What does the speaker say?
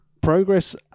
Progress